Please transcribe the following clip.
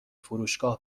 فروشگاه